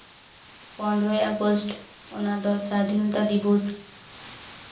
ᱯᱚᱱᱮᱨᱚᱭ ᱟᱜᱚᱥᱴ ᱚᱱᱟ ᱫᱚ ᱥᱟ ᱫᱷᱤᱱᱚᱛᱟ ᱫᱤᱵᱚᱥ